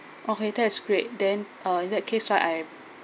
okay that it great then uh in that case right I